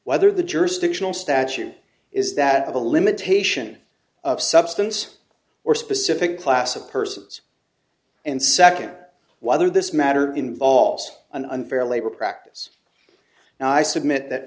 whether the jurisdictional statute is that of a limitation of substance or specific class of persons and second whether this matter involves an unfair labor practice and i submit that